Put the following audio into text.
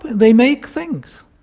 they make things.